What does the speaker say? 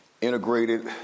integrated